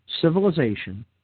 civilization